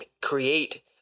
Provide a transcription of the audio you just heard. create